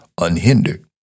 unhindered